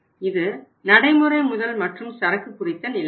இது நடைமுறை முதல் மற்றும் சரக்கு குறித்த நிலையாகும்